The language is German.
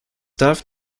darf